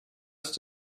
ist